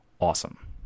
awesome